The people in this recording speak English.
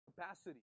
capacity